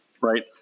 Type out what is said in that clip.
right